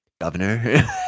governor